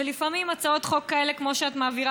ולפעמים הצעות חוק כאלה כמו שאת מעבירה